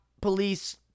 police